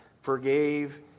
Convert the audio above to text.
forgave